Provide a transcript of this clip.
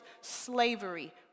slavery